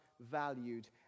valued